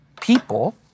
people